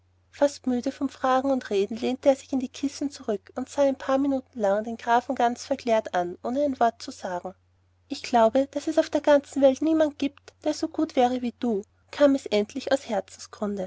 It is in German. fast müde vom fragen und reden lehnte er in die kissen zurück und sah ein paar minuten lang den grafen ganz verklärt an ohne ein wort zu sagen ich glaube daß es auf der ganzen welt niemand gibt der so gut wäre wie du kam es endlich aus